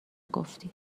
گفتی